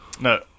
No